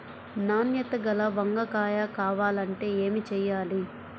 నాణ్యత గల వంగ కాయ కావాలంటే ఏమి చెయ్యాలి?